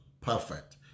perfect